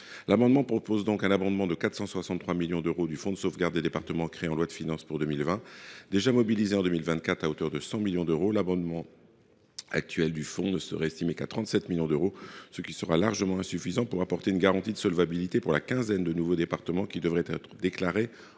du RSA. Je propose donc d’abonder de 463 millions d’euros le fonds de sauvegarde des départements, créé par la loi de finances pour 2020 et déjà mobilisé en 2024 à hauteur de 100 millions d’euros. Sa dotation actuelle ne serait estimée qu’à 37 millions d’euros, ce qui est largement insuffisant pour apporter une garantie de solvabilité à la quinzaine de nouveaux départements qui devraient être déclarés